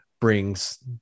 brings